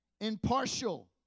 impartial